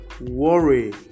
worry